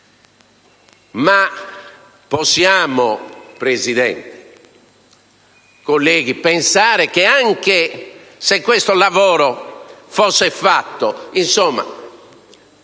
Ma possiamo, signor Presidente, colleghi, pensare che, anche se questo lavoro fosse fatto, esso